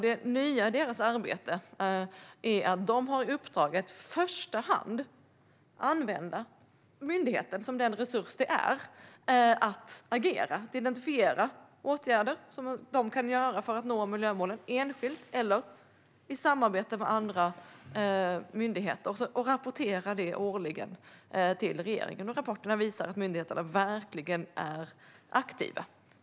Det nya i deras arbete är att de har uppdraget att i första hand använda myndigheten som den resurs den är för att agera och identifiera åtgärder som de kan vidta för att nå miljömålen, enskilt eller i samarbete med andra myndigheter, och att rapportera detta årligen till regeringen. Och rapporterna visar att myndigheterna verkligen är aktiva.